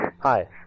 Hi